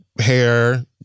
hair